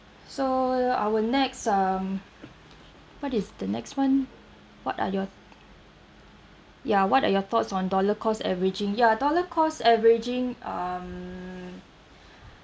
so our next um what is the next one what are your ya what are your thoughts on dollar cost averaging ya dollar cost averaging um